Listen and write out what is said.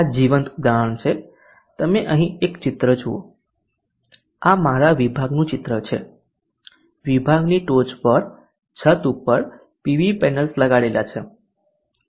આ જીવંત ઉદાહરણ છે તમે અહીં એક ચિત્ર જુઓ આ મારા વિભાગનું ચિત્ર છે વિભાગની ટોચ પર છત ઉપર પીવી પેનલ્સ લગાવેલા છે